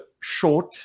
short